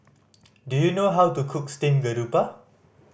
do you know how to cook steamed garoupa